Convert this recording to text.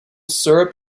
syrup